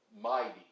mighty